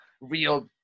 real